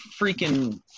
freaking –